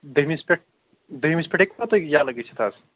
دٔہمِس پٮ۪ٹھ دٔہمِس پٮ۪ٹھ ہیٚکوٕ تُہۍ ییٚلہٕ گٔژھِتھ حظ